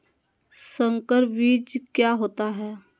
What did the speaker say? संकर बीज क्या होता है?